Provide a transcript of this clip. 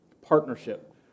partnership